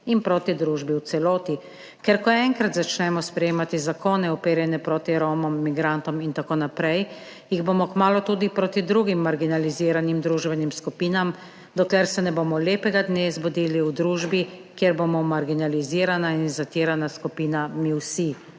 in proti družbi v celoti, ker ko enkrat začnemo sprejemati zakone, uperjene proti Romom, migrantom in tako naprej, jih bomo kmalu tudi proti drugim marginaliziranim družbenim skupinam, dokler se ne bomo lepega dne zbudili v družbi, kjer bomo marginalizirana in zatirana skupina mi vsi.